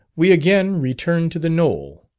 we again returned to the knoll.